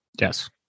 Yes